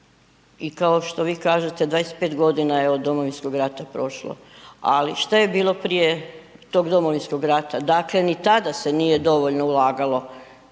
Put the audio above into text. i kao što vi kažete, 25 g. je od Domovinskog rata prošlo, ali što je bilo prije tog Domovinskog rata? Dakle, ni tada se nije dovoljno ulagalo.